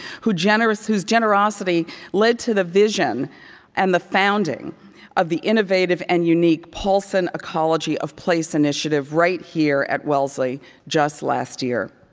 whose generosity whose generosity led to the vision and the founding of the innovative and unique paulson ecology of place initiative right here at wellesley just last year.